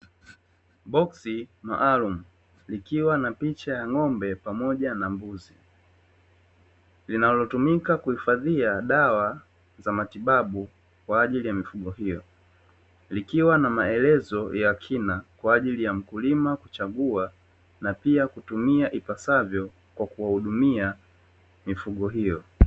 Boksi maalumu likiwa na picha ya ng'ombe pamoja na mbuzi, linalotumika kuhifadhia dawa za matibabu kwa ajili ya mifugo hiyo, likiwa na maelezo ya kina kwa ajili ya mkulima kuchagua na pia kutumia ipasavyo kwa kuwahudumia mifugo hiyo.